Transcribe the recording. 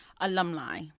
alumni